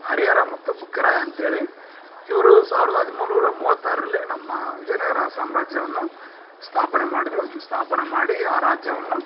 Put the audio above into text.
ಹರಿಹರ ಮತ್ತು ಬುಕ್ಕರಾಯ ಅಂಥೇಳಿ ಇವರು ಸಾವಿರ್ದ ಹದಿನೈದ್ನೂರ ಮೂವತ್ತಾರರಲ್ಲಿ ನಮ್ಮ ವಿಜಯನಗರ ಸಾಮ್ರಾಜ್ಯವನ್ನು ಸ್ಥಾಪನೆ ಮಾಡಿದ್ರು ಸ್ಥಾಪನೆ ಮಾಡಿ ಆ ರಾಜ್ಯವನ್ನು